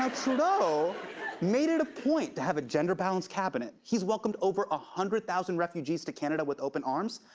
ah trudeau made it a point to have a gender-balanced cabinet. he's welcomed over a hundred thousand refugees to canada with open arms.